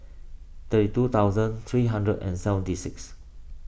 thirty two thousand three hundred and seventy six